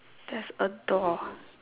there's a door